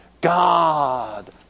God